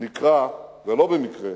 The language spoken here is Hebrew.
נקרא, ולא במקרה,